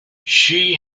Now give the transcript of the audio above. she